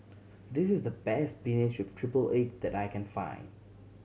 this is the best spinach with triple egg that I can find